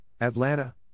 Atlanta